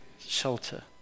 shelter